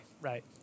right